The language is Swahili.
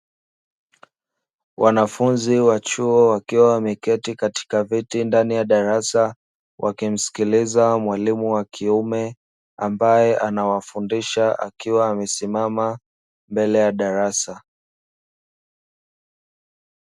Wanafunzi wa chuo wakiwa wameketi katika viti ndani ya darasa, wakimsikiliza mwalimu wa kiume, ambaye anawafundisha akiwa anasimama mbele ya darasa.